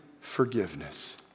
Forgiveness